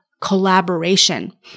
collaboration